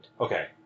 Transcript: Okay